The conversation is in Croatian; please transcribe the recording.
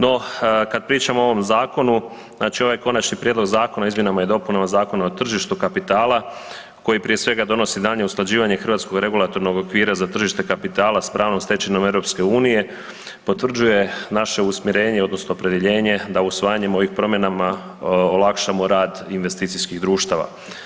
No, kad pričamo o ovom Zakonu, znači ovaj Konačni prijedlog zakona o izmjenama i dopunama Zakona o tržištu kapitala, koji prije svega, donosi daljnje usklađivanje Hrvatskog regulatornog okvira za tržište kapitala s pravnom stečevinom EU, potvrđuje naše usmjerenje odnosno opredjeljenje da usvajanjem ovih promjenama olakšamo rad investicijskih društava.